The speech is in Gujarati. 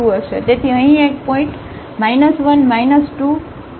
તેથી અહીં એક પોઇન્ટ હશે અને 1 2 અહીં એક પોઇન્ટ હશે